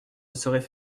sauraient